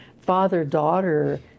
father-daughter